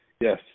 Yes